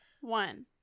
One